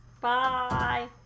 Bye